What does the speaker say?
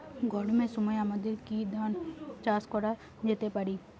গরমের সময় আমাদের কি ধান চাষ করা যেতে পারি?